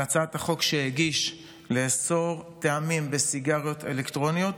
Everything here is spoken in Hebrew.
על הצעת החוק שהגיש לאסור טעמים בסיגריות אלקטרוניות.